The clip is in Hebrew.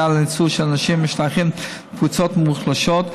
ולניצול של אנשים המשתייכים לקבוצות מוחלשות,